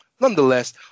Nonetheless